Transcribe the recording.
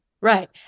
Right